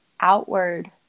outward